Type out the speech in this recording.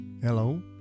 Hello